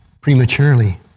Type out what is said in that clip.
prematurely